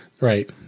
Right